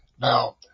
Now